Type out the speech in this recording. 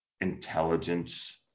intelligence